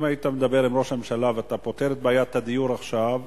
אם היית מדבר עם ראש הממשלה ופותר את בעיית הדיור עכשיו,